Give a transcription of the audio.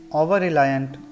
over-reliant